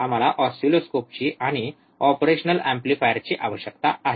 आम्हाला ऑसिलोस्कोपची आणि ऑपरेशनल एम्प्लीफायरची आवश्यकता आहे